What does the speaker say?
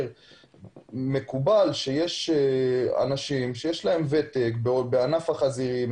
מקובל שאנשים שיש להם ותק בענף החזירים,